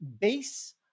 base